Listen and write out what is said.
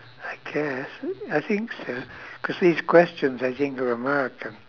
I guess I think so cause these questions I think are american